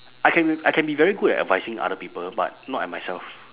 I can be I can be very good at advising other people but not at myself